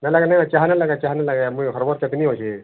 ଚାହା ନାଇଁ ଲଗା ଚାହା ନାଇଁ ଲଗା ମୁଁ ହରବାର ଚଟନୀ ହେଉଛି